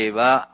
va